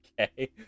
Okay